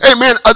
Amen